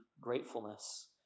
gratefulness